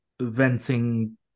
venting